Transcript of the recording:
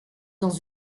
dans